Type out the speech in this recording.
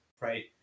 Right